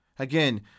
Again